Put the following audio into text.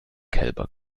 kälber